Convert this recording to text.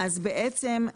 אז בעצם,